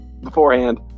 beforehand